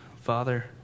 Father